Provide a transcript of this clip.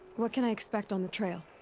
what can i expect on the trail?